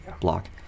block